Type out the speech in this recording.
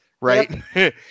Right